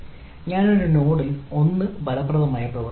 ഞാൻ ഒരു നോഡിൽ 1 ഫലപ്രദമായി പ്രവർത്തിക്കുന്നു